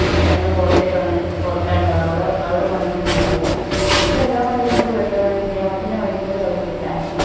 എല്ലാം പുറത്തേക്കാണ് പുറത്താണ് ഉണ്ടാവുക അവിടെ അവിടെ മരുന്നൊന്നും ഉണ്ടാവില്ല ഹോസ്പിറ്റലിൽ എല്ലാ മരുന്നും ഉണ്ട് പക്ഷേ ഒരു ഗ്യാസിന്റെ മരുന്ന് പോലും അവിടെ കിട്ടാനില്ല